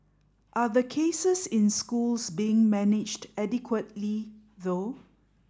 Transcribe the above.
are the cases in schools being managed adequately though